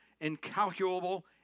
incalculable